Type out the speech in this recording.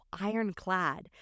ironclad